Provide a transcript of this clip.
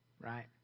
right